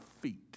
feet